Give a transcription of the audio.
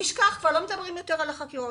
כבר לא מדברים יותר על החקירות.